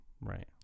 right